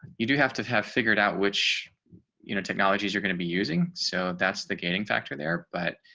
you do have to have figured out which you know technologies you're going to be using. so that's the gating factor there but